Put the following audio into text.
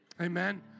Amen